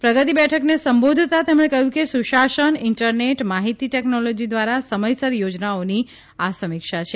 પ્રગતિ બેઠકને સંબોધતાં તેમણે કહ્યું કે સુશાસન ઇન્ટરનેટ માહિતી ટેકનોલોજી દ્વારા સમયસર યોજનાઓની આ સમીક્ષા છે